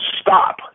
stop